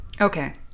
Okay